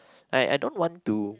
I I don't want to